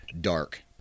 dark